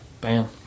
bam